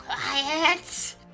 Quiet